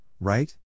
right